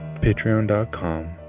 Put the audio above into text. patreon.com